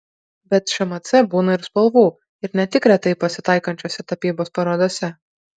bet šmc būna ir spalvų ir ne tik retai pasitaikančiose tapybos parodose